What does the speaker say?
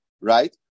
right